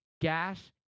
Gas